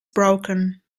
broken